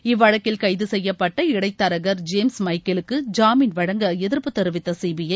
இவ்வழக்கில் கைது செய்யப்பட்ட இடைத்தரகர் ஜேம்ஸ் மைக்கேலுக்கு ஜாமீன் வழங்க எதிர்ப்பு தெரிவித்த சீபிஐ